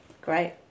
great